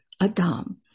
Adam